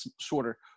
shorter